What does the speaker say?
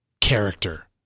Character